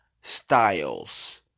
Styles